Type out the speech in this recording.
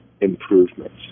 improvements